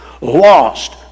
lost